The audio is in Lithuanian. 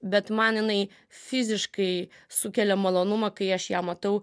bet man jinai fiziškai sukelia malonumą kai aš ją matau